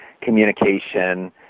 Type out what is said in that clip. communication